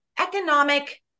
economic